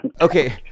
Okay